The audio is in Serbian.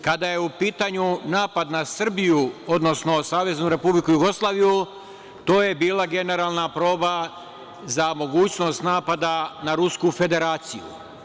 Kada je u pitanju napad na Srbiju, odnosno Saveznu Republiku Jugoslaviju, to je bila generalna proba za mogućnost napada na Rusku Federaciju.